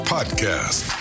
Podcast